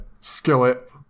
skillet